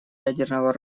ядерного